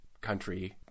country